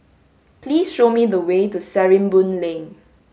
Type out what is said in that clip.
please show me the way to Sarimbun Lane